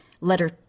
letter